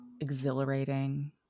exhilarating